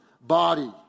body